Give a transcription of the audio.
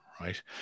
right